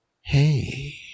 hey